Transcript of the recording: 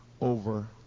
over